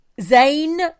zane